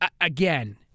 again